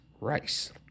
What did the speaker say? Rice